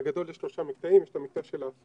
בגדול יש שלושה מקטע, יש את המקטע של ההפקה,